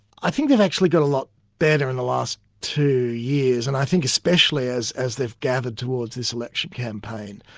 i think they've actually got a lot better in the last two years, and i think especially as as they've gathered towards this election campaign,